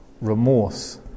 Remorse